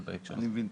הבהרה.